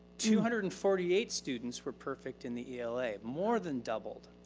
two hundred and forty eight students were perfect in the ela. more than doubled.